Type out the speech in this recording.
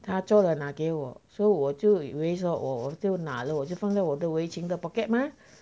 他做了拿给我 so 我就以为说我我就拿了我就放在我的围裙的 pocket mah